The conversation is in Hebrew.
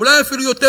אולי אפילו יותר.